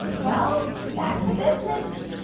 well, back to business.